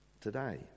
today